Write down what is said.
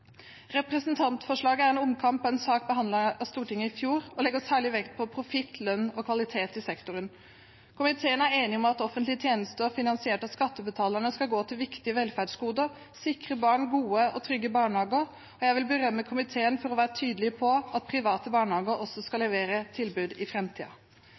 Representantforslaget er en omkamp om en sak som ble behandlet i Stortinget i fjor, og legger særlig vekt på profitt, lønn og kvalitet i sektoren. Komiteen er enig om at offentlige tjenester finansiert av skattebetalerne skal gå til viktige velferdsgoder og sikre barn gode og trygge barnehager. Jeg vil berømme komiteen for å være tydelig på at private barnehager også skal levere tilbud i